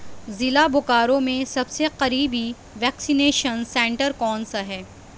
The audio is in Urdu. ضلع بوکارو میں سب سے قریبی ویکسینیشن سینٹر کون سا ہے